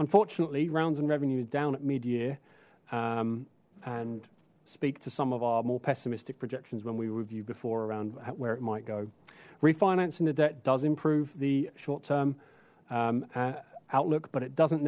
unfortunately rounds and revenues down at mid year and speak to some of our more pessimistic projections when we review before around where it might go refinancing the debt does improve the short term outlook but it doesn't